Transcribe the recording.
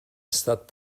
estat